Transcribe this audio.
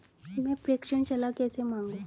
मैं प्रेषण सलाह कैसे मांगूं?